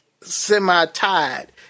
semi-tied